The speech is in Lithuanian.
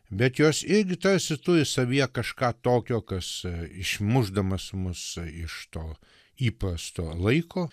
bet jos irgi tarsi turi savyje kažką tokio kas išmušdamas mus iš to įprasto laiko